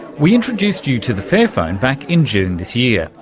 we introduced you to the fairphone back in june this year.